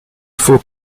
faut